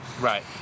Right